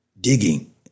Digging